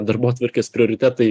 darbotvarkės prioritetai